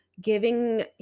giving